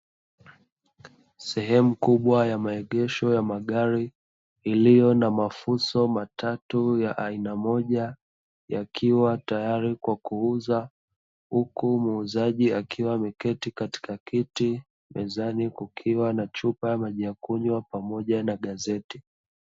sehemu kubwa ya maegesho ya magari huku muuzaji aketi akinywa maji na kusoma gazeti